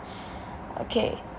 okay